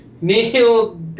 Neil